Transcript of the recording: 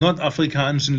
nordafrikanischen